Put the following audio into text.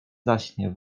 zaśnie